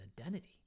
identity